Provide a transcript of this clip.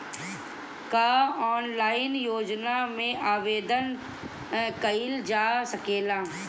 का ऑनलाइन योजना में आवेदन कईल जा सकेला?